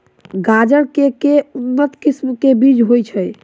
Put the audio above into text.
गाजर केँ के उन्नत किसिम केँ बीज होइ छैय?